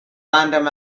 random